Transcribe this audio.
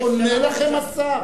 עונה לכם השר.